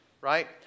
right